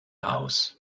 aus